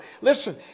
Listen